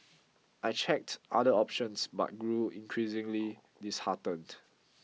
I checked other options but grew increasingly disheartened